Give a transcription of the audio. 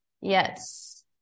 Yes